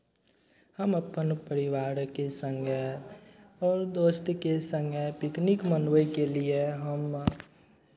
हम अपन परिवारके सङ्गे आओर दोस्तके सङ्गे पिकनिक मनबैके लिए हम